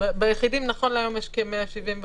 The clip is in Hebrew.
נכון להיום, יש כ-175.